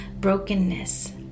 brokenness